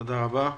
תודה רבה.